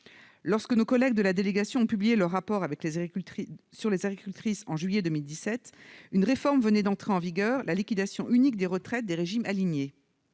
Lorsque nos collègues de la délégation ont publié leur rapport sur les agricultrices en juillet 2017, une réforme venait d'entrer en vigueur : la liquidation unique des retraites des régimes alignés.